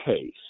case